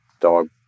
dog